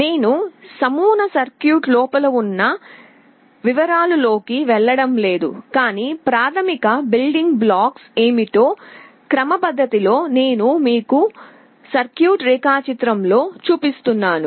నేను నమూనా సర్క్యూట్ లోపల ఉన్న వివరాలు లోకి వెళ్ళడం లేదు కాని ప్రాథమిక బిల్డింగ్ బ్లాక్స్ ఏమిటో క్రమపద్ధతిలో నేను మీకు సర్క్యూట్ రేఖాచిత్రంలో చూపిస్తున్నాను